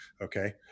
okay